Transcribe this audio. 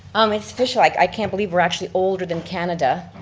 um it's official like i can't believe we're actually older than canada.